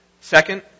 Second